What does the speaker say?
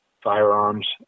firearms